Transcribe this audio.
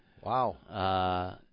Wow